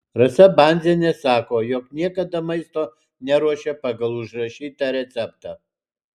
rasa bandzienė sako jog niekada maisto neruošia pagal užrašytą receptą